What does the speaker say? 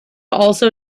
also